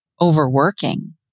overworking